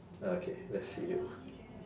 ah okay let's see you